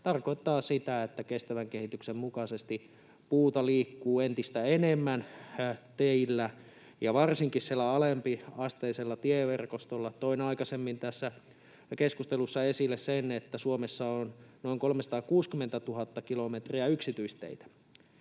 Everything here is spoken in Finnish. tarkoittaa sitä, että kestävän kehityksen mukaisesti puuta liikkuu entistä enemmän teillä ja varsinkin alempiasteisella tieverkostolla. Toin aikaisemmin tässä keskustelussa esille sen, että Suomessa on noin 360 000 kilometriä yksityisteitä